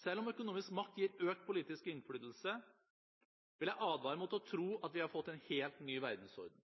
Selv om økonomisk makt gir økt politisk innflytelse, vil jeg advare mot å tro at vi har fått en helt ny verdensorden.